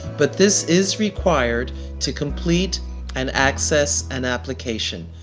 but this is required to complete and access an application.